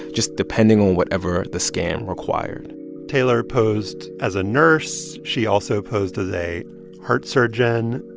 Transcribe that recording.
just depending on whatever the scam required taylor posed as a nurse. she also posed as a heart surgeon,